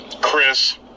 chris